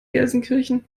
gelsenkirchen